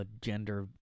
gender